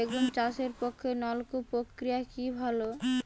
বেগুন চাষের পক্ষে নলকূপ প্রক্রিয়া কি ভালো?